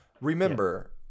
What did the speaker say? remember